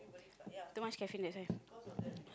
too much caffeine that's why